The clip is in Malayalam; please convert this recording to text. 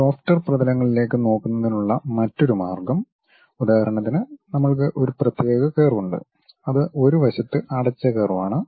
ഈ ലോഫ്റ്റർ പ്രതലങ്ങളിലേക്ക് നോക്കുന്നതിനുള്ള മറ്റൊരു മാർഗം ഉദാഹരണത്തിന് നമ്മൾക്ക് ഒരു പ്രത്യേക കർവുണ്ട് അത് ഒരു വശത്ത് അടച്ച കർവാണ്